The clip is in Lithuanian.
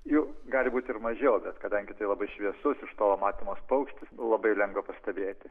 jų gali būti ir mažiau bet kadangi tai labai šviesus iš tolo matomas paukštis labai lengva pastebėti